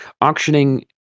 Auctioning